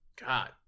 God